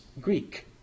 Greek